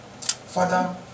Father